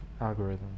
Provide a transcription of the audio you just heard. algorithm